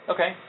Okay